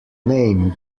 name